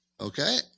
Okay